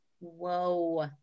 Whoa